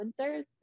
influencers